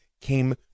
came